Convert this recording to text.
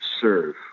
serve